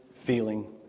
Feeling